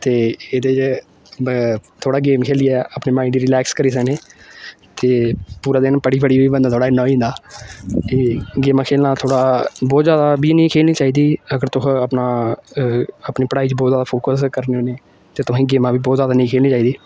ते एह्दे च थोह्ड़ा गेम खेलियै अपने माइंड गी रिलैक्स करी सकने ते पूरा दिन पढ़ी पढ़ियै बी बंदा थोह्ड़ा इ'यां होई जंदा एह् गेमां खेलना थोह्ड़ा बहुत जादा बी नेईं खेलनी चाहिदी अगर तुस अपना अपनी पढ़ाई च बहुत जादा फोकस करने होन्ने ते तुसेंगी गेमां बी बहुत जादा नेईं खेलनी चाहिदी